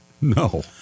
No